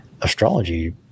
astrology